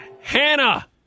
Hannah